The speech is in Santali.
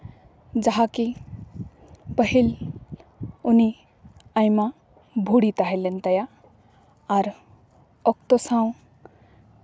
ᱡᱟᱦᱟᱸ ᱠᱤ ᱯᱟᱹᱦᱤᱞ ᱩᱱᱤ ᱟᱭᱢᱟ ᱵᱷᱩᱲᱤ ᱛᱟᱦᱮᱸ ᱞᱮᱱ ᱛᱟᱭᱟ ᱟᱨ ᱚᱠᱛᱚ ᱥᱟᱶ